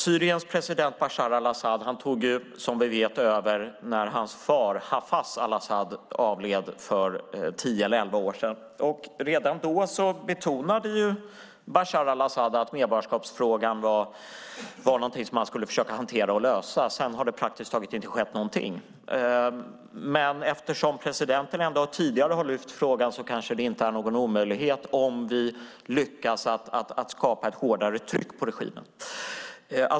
Syriens president Bashar al-Assad tog, som vi vet, över när hans far Hafez al-Assad avled för tio eller elva år sedan. Redan då betonade Bashar al-Assad att medborgarskapsfrågan var någonting som han skulle försöka hantera och lösa. Sedan har det praktiskt taget inte skett någonting. Men eftersom presidenten ändå tidigare har lyft fram frågan kanske det inte är någon omöjlighet om vi lyckas skapa ett hårdare tryck på regimen.